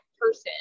person